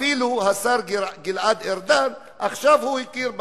אפילו השר גלעד ארדן עכשיו הכיר בזה.